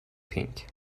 pink